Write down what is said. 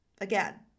Again